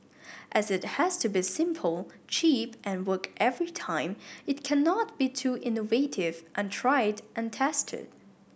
as it has to be simple cheap and work every time it cannot be too innovative untried and tested